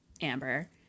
amber